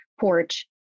porch